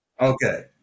Okay